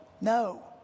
No